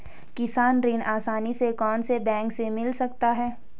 किसान ऋण आसानी से कौनसे बैंक से मिल सकता है?